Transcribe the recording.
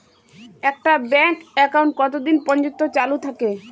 একটা bank account কতদিন পর্যন্ত চালু থাকে?